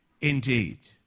indeed